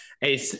hey